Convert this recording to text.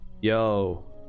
yo